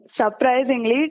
Surprisingly